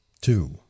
two